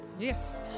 Yes